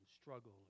struggle